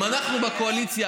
אם אנחנו בקואליציה